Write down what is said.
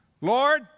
Lord